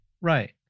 Right